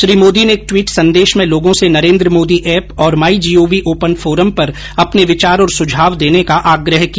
श्री मोदी ने एक ट्वीट संदेश में लोगों से नरेन्द्र मोदी ऐप और my G O V open forum पर अपने विचार और सुझाव देने का आग्रह किया